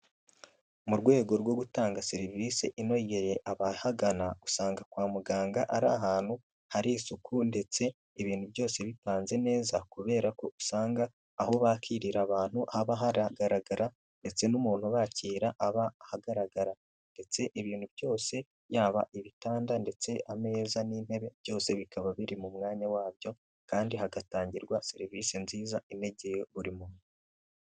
Mu rwego rwo gutanga serivisi inogeye abahagana usanga kwa muganga ari ahantu hari isuku ndetse ibintu byose bipanze neza kubera ko usanga aho bakirira abantu haba haragaragara ndetse n'umuntu ubakira aba ahagaragara ndetse ibintu byose yaba ibitanda ndetse ameza n'intebe byose bikaba biri mu mwanya wabyo kandi hagatangirwa serivisi nziza inegeye urimo.